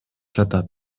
жатат